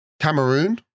Cameroon